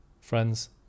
friends